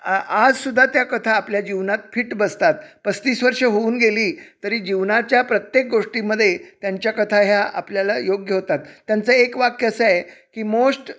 आ आजसुद्धा त्या कथा आपल्या जीवनात फिट बसतात पस्तीस वर्ष होऊन गेली तरी जीवनाच्या प्रत्येक गोष्टीमध्ये त्यांच्या कथा ह्या आपल्याला योग्य होतात त्यांचं एक वाक्य असं आहे की मोस्ट